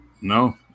No